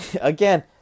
again